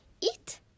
Eat